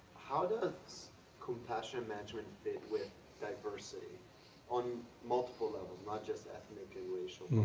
how does compassionate management fit with diversity on multiple levels, not just ethnic and racial,